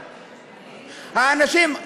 האנשים,